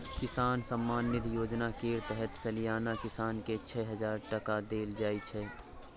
किसान सम्मान निधि योजना केर तहत सलियाना किसान केँ छअ हजार टका देल जाइ छै